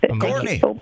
Courtney